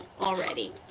already